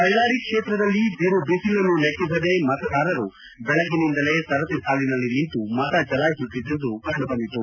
ಬಳ್ಳಾರಿ ಕ್ಷೇತ್ರದಲ್ಲಿ ಬಿರುಬಿಸಲನ್ನೂ ಲೆಕ್ಕಿಸದೆ ಮತದಾರರು ಬೆಳಿಗ್ಗೆಯಿಂದಲೇ ಸರದಿ ಸಾಲಿನಲ್ಲಿ ನಿಂತು ಮತ ಚಲಾಯಿಸುತ್ತಿದ್ದುದು ಕಂಡುಬಂದಿತು